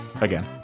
again